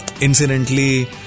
incidentally